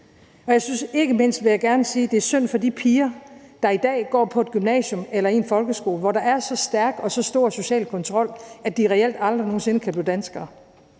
børnene, og ikke mindst, vil jeg gerne sige, synes jeg, det er synd for de piger, der i dag går på et gymnasium eller i en folkeskole, hvor der er så stærk og så stor social kontrol, at de reelt aldrig nogen sinde kan blive danskere